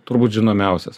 turbūt žinomiausias